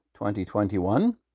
2021